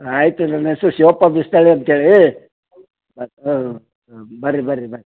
ಆಯಿತು ನನ್ನ ಹೆಸ್ರು ಶಿವಪ್ಪ ಬಿಸ್ನಳ್ಳಿ ಅಂತ್ಹೇಳಿ ಹಾಂ ಬನ್ರಿ ಬನ್ರಿ ಬನ್ರಿ